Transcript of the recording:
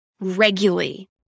regularly